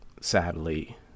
sadly